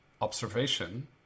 observation